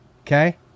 okay